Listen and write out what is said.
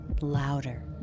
louder